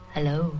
Hello